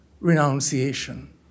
Renunciation